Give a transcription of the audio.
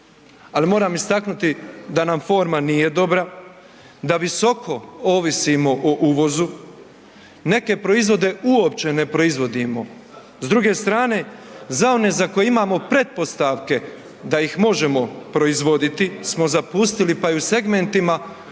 Ali moram istaknuti da nam forma nije dobra, da visoko ovisimo o uvozu, neke proizvode uopće ne proizvodimo. S druge strane za one za koje imamo pretpostavke da ih možemo proizvoditi smo zapustili pa i u segmentima poljoprivrede,